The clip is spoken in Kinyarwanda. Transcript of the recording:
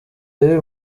y’uyu